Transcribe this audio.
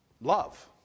Love